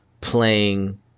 playing